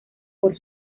por